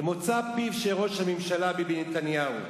למוצא פיו של ראש הממשלה ביבי נתניהו.